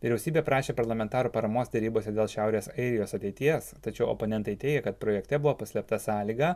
vyriausybė prašė parlamentarų paramos derybose dėl šiaurės airijos ateities tačiau oponentai teigia kad projekte buvo paslėpta sąlyga